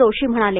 जोशी म्हणाले